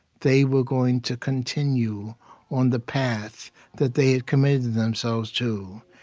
they were going to continue on the path that they had committed themselves to.